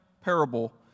parable